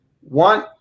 one